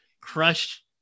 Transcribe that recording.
crush